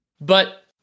but-